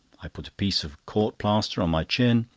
i put a piece of court-plaster on my chin,